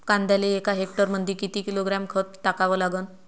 कांद्याले एका हेक्टरमंदी किती किलोग्रॅम खत टाकावं लागन?